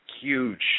huge